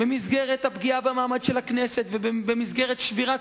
במסגרת הפגיעה במעמד הכנסת ובמסגרת שבירת